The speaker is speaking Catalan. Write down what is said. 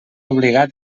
obligat